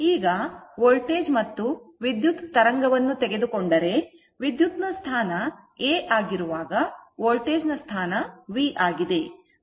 ಈಗ ವೋಲ್ಟೇಜ್ ಮತ್ತು ವಿದ್ಯುತ್ ತರಂಗವನ್ನು ತೆಗೆದುಕೊಂಡರೆ ವಿದ್ಯುತ್ ನ ಸ್ಥಾನ A ಆಗಿರುವಾಗ ವೋಲ್ಟೇಜ್ ನ ಸ್ಥಾನ V ಆಗಿದೆ